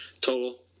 Total